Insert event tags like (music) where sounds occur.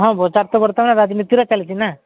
ହଁ (unintelligible) ବର୍ତ୍ତମାନ ରାଜନୀତିରେ ଚାଲିଛି ନା